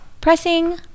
Pressing